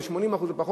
אם זה 80% או פחות,